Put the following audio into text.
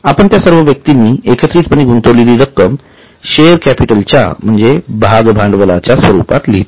आपण त्या सर्व व्यक्तींनी एकत्रितपणे गुंतवलेली रक्कम शेअर कॅपिटल च्या म्हणजे भाग भांडवलाच्या स्वरूपात लिहतो